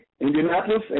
Indianapolis